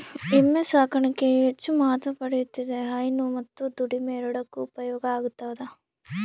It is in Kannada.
ಎಮ್ಮೆ ಸಾಕಾಣಿಕೆಯು ಹೆಚ್ಚು ಮಹತ್ವ ಪಡೆಯುತ್ತಿದೆ ಹೈನು ಮತ್ತು ದುಡಿಮೆ ಎರಡಕ್ಕೂ ಉಪಯೋಗ ಆತದವ